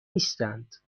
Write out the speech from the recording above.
نیستند